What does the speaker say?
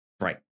Right